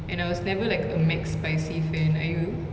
and I was never like a mcspicy fan are you